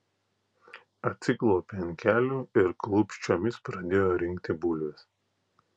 atsiklaupė ant kelių ir klūpsčiomis pradėjo rinkti bulves